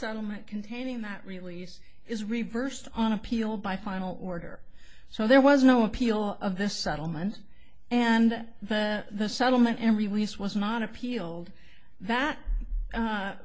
settlement containing that release is reversed on appeal by final order so there was no appeal of this settlement and the settlement and release was not appealed that